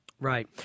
Right